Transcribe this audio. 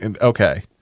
okay